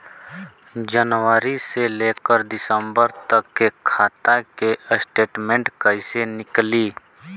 जनवरी से लेकर दिसंबर तक के खाता के स्टेटमेंट कइसे निकलि?